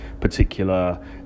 particular